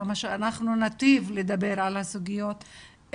כמה שאנחנו ניטיב לדבר על הסוגיות,